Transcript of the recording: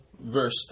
verse